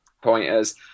pointers